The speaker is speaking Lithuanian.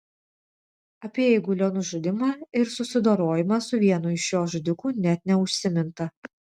apie eigulio nužudymą ir susidorojimą su vienu iš jo žudikų net neužsiminta